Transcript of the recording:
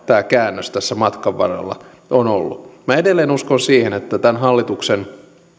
tämä käännös tässä matkan varrella on ollut minä edelleen uskon siihen että tämän hallituksen